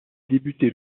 débuté